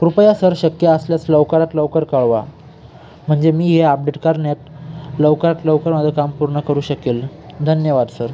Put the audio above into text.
कृपया सर शक्य असल्यास लवकरात लवकर कळवा म्हणजे मी हे अपडेट करण्यात लवकरात लवकर माझं काम पूर्ण करू शकेल धन्यवाद सर